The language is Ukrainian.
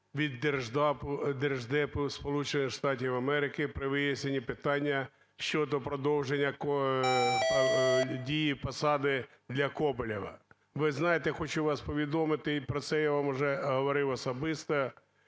Америки при виясненні питання щодо продовження дії посади для Коболєва. Ви знаєте, хочу вас повідомити, і про це я вам вже говорив особисто